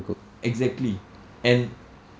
exactly and